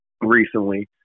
recently